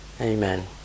Amen